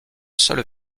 seule